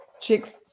chicks